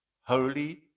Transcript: holy